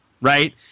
Right